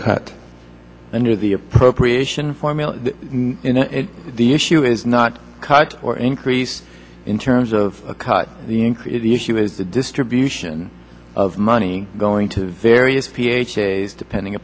cut under the appropriation formula the issue is not cut or increase in terms of a cut the increase in the distribution of money going to various ph days depending